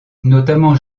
notamment